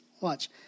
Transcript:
watch